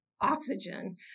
oxygen